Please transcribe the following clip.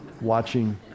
watching